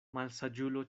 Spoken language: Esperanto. malsaĝulo